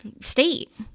state